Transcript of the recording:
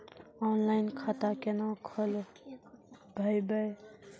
Online खाता केना खोलभैबै?